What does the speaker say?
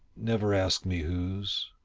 never ask me whose.